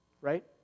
right